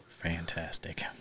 fantastic